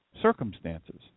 circumstances